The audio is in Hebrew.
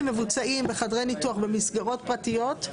מבוצעים בחדרי ניתוח במסגרות פרטיות,